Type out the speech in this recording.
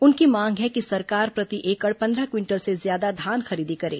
उनकी मांग है कि सरकार प्रति एकड़ पन्द्रह क्विंटल से ज्यादा धान खरीदी करे